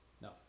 No